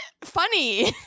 funny